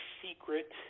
secret